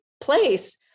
place